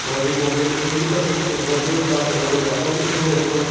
वॾी क्वांटीटी थींदी त ओतिरो ई तव्हांखे वॾो फ़ाइदो बि थींदो ओतिरो